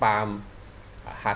pump heart